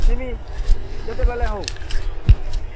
ଯିମି ଯେତେବେଲେ ହଉ